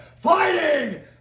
fighting